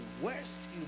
worst